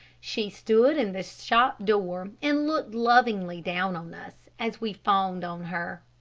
she stood in the shop door, and looked lovingly down on us as we fawned on her.